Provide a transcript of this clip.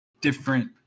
different